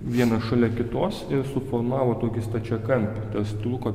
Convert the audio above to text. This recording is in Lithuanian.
vieną šalia kitos ir suformavo tokį stačiakampį tas trūko